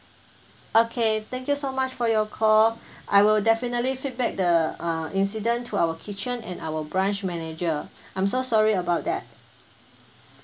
okay thank you so much for your call I will definitely feedback the uh incident to our kitchen and our branch manager I'm so sorry about that